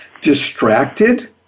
distracted